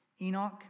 Enoch